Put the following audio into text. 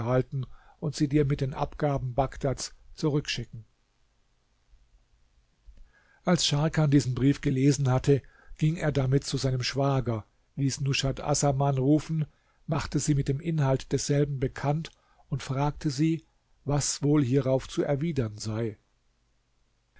und sie dir mit den abgaben bagdads zurückschicken als scharkan diesen brief gelesen hatte ging er damit zu seinem schwager ließ nushat assaman rufen machte sie mit dem inhalt desselben bekannt und fragte sie was wohl hierauf zu erwidern sei